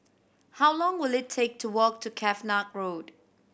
how long will it take to walk to Cavenagh Road